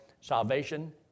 salvation